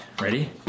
ready